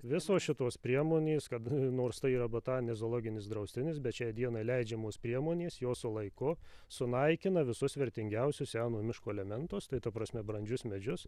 visos šitos priemonės kad nors tai yra botaninis zoologinis draustinis bet šiai dienai leidžiamos priemonės jos su laiku sunaikina visus vertingiausius seno miško elementus tai ta prasme brandžius medžius